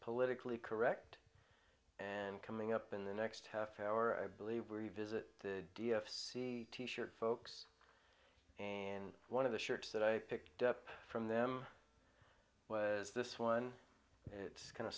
politically correct and coming up in the next half hour i believe we revisit d f c t shirt folks in one of the shirts that i picked up from them was this one it's kind of